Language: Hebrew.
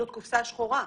זו קופסה שחורה.